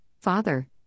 Father